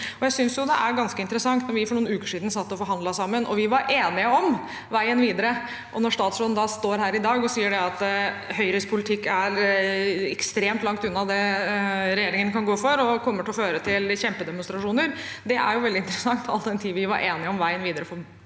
Jeg synes det er ganske interessant, når vi for noen uker siden satt og forhandlet sammen og var enige om veien videre, at statsråden står her i dag og sier at Høyres politikk er ekstremt langt unna det regjeringen kan gå inn for, og kommer til å føre til kjempedemonstrasjoner. Det er veldig interessant, all den tid vi var enige om veien videre